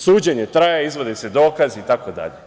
Suđenje traje, izvode se dokazi itd.